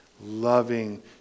loving